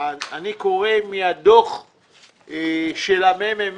אני קורא מהדוח של מרכז המחקר,